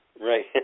Right